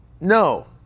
no